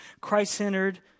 Christ-centered